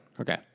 Okay